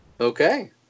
Okay